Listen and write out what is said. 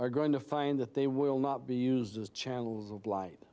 are going to find that they will not be used as channels of blight